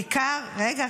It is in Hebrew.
עיקר ------ רגע,